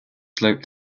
slope